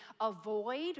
avoid